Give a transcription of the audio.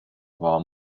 war